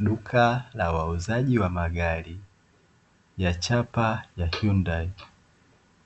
Duka la wauzaji wa magari ya chapa ya "Hyundai"